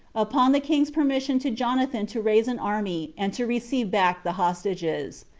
upon the king's permission to jonathan to raise an army, and to receive back the hostages.